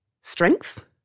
strength